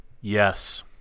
Yes